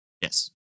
Yes